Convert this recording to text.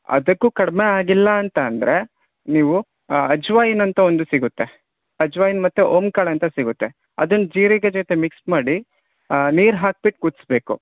ಅದಕ್ಕೂ ಕಡಿಮೆ ಆಗಿಲ್ಲ ಅಂತ ಅಂದರೆ ನೀವು ಅಜವಾಯಿನ ಅಂತ ಒಂದು ಸಿಗುತ್ತೆ ಅಜವಾಯಿನ ಮತ್ತು ಓಂಕಾಳು ಅಂತ ಸಿಗುತ್ತೆ ಅದನ್ನು ಜೀರಿಗೆ ಜೊತೆ ಮಿಕ್ಸ್ ಮಾಡಿ ನೀರು ಹಾಕಿಬಿಟ್ಟು ಕುದಿಸಬೇಕು